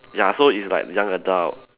ya so it's like young adult